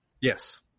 Yes